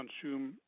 consume